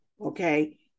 okay